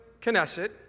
Knesset